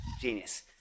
Genius